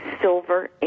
silver